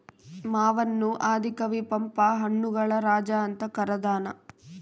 ಮಾವನ್ನು ಆದಿ ಕವಿ ಪಂಪ ಹಣ್ಣುಗಳ ರಾಜ ಅಂತ ಕರದಾನ